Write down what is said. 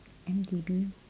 M_D_B